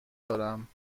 دارم